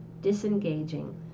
disengaging